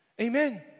Amen